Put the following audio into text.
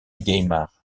gaymard